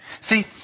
See